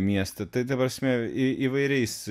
miestą tai ta prasme įvairiais